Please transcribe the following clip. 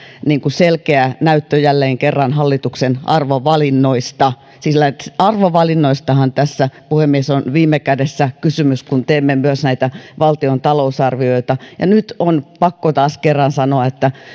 selkeä näyttö jälleen kerran hallituksen arvovalinnoista arvovalinnoistahan tässä puhemies on viime kädessä kysymys kun teemme myös näitä valtion talousarvioita ja nyt on pakko taas kerran sanoa että